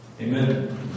Amen